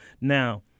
Now